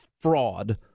fraud